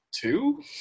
two